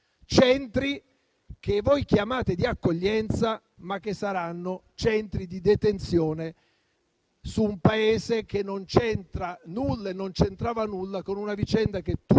centri che voi chiamate di accoglienza, ma che saranno centri di detenzione in un Paese che non c'entra nulla con una vicenda tutta